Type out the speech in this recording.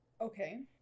Okay